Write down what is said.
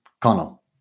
Connell